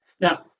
Now